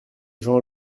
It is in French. jean